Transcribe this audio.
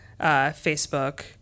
Facebook